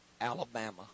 Alabama